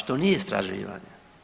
To nije istraživanje.